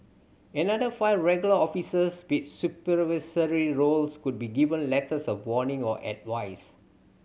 another five regular officers with supervisory roles could be given letters of warning or advice